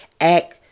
act